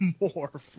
more